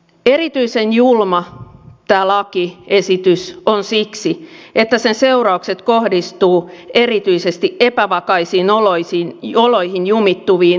erityisen julma tämä lakiesitys on siksi että sen seuraukset kohdistuvat erityisesti epävakaisiin oloihin jumittuviin naisiin ja lapsiin